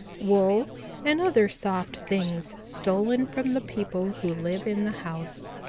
wool and other soft things stolen from the people who live in the house.